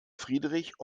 friedrich